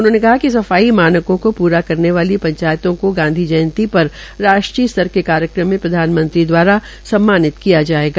उन्होंने कहा कि सफाई मानकों को पूरा करने वाली पंचयंतों को गांधी जयंती पर राष्ट्रीय के कार्यक्रम में प्रधानमंत्री द्वारा सम्मानित किया जायेगा